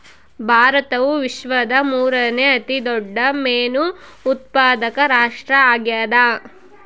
ಭಾರತವು ವಿಶ್ವದ ಮೂರನೇ ಅತಿ ದೊಡ್ಡ ಮೇನು ಉತ್ಪಾದಕ ರಾಷ್ಟ್ರ ಆಗ್ಯದ